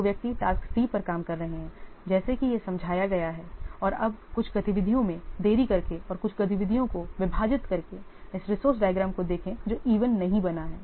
2 व्यक्ति task C पर काम कर रहे हैं जैसे कि यह समझाया गया है और अब कुछ गतिविधियों में देरी करके और कुछ गतिविधियों को विभाजित करके इस रिसोर्स डायग्राम को देखें जो इवन नहीं बना है